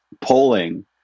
polling